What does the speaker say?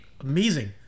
amazing